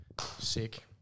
Sick